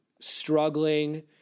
struggling